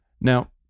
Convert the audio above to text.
Now